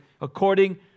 according